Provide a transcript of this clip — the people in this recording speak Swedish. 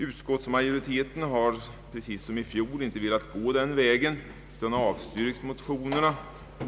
Utskottsmajoriteten har precis som i fjol inte velat gå den vägen utan avstyrkt motionerna.